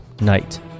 Night